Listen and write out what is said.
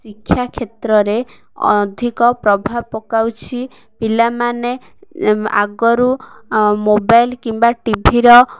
ଶିକ୍ଷା କ୍ଷେତ୍ରରେ ଅଧିକ ପ୍ରଭାବ ପକାଉଛି ପିଲାମାନେ ଆଗରୁ ମୋବାଇଲ କିମ୍ବା ଟିଭିର